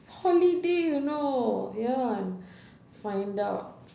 holiday you know ya find out